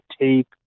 tape